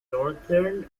northern